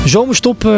Zomerstop